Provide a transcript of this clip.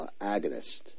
agonist